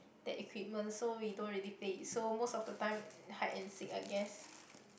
that equipment so we don't really play it so most of the time hide and seek I guess